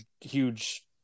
huge